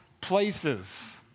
places